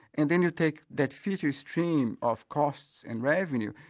and then you take that future stream of costs and revenue,